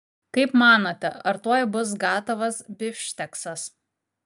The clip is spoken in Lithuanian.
kaip manote ar tuoj bus gatavas bifšteksas